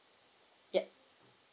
yup